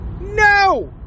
No